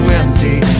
empty